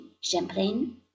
Champlain